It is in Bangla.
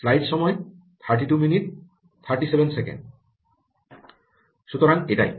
সুতরাং এটাই